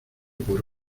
por